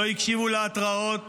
לא הקשיבו להתרעות